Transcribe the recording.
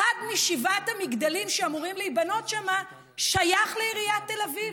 אחד משבעת המגדלים שאמורים להיבנות שם שייך לעיריית תל אביב.